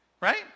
right